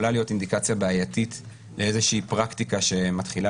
יכולה להיות אינדיקציה בעייתית לאיזושהי פרקטיקה שמתחילה